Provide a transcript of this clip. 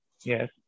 Yes